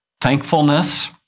Thankfulness